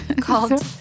called